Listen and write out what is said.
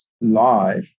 live